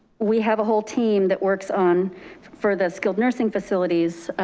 we have a whole team that works on for the skilled nursing facilities.